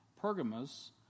Pergamos